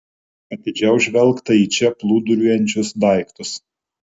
atidžiau žvelgta į čia plūduriuojančius daiktus